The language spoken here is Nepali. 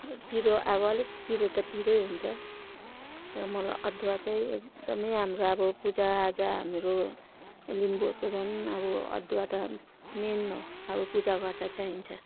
पिरो अब अलिक पिरो त पिरै हुन्छ र मलाई अदुवा चाहिँ एकदमै हाम्रो अब पूजा आजा हाम्रो लिम्बूहरूको झन् अब अदुवा त मेन हो अब पूजा गर्दा चाहिन्छ